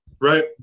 Right